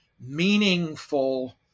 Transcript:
meaningful